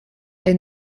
est